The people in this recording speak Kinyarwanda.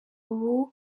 ubu